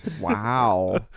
Wow